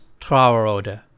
Trauerode